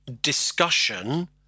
discussion